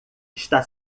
está